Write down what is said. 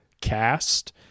cast